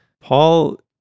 Paul